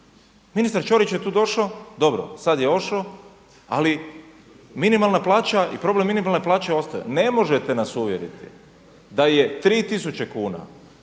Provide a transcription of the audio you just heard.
Ministar Ćorić je tu došao, dobro, sada je otišao, ali minimalna plaća i problem minimalne plaće ostaje. Ne možete nas uvjeriti da je 3 tisuće